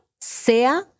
sea